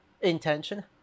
intention